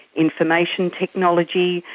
information technology,